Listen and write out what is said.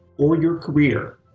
or your career.